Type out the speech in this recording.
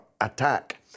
attack